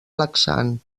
laxant